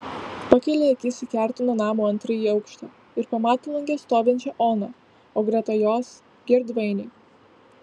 pakelia akis į kertinio namo antrąjį aukštą ir pamato lange stovinčią oną o greta jos girdvainį